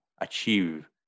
achieve